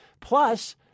Plus